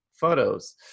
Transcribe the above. photos